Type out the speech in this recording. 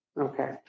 Okay